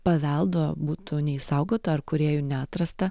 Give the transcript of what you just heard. paveldo būtų neišsaugota ar kūrėjų neatrasta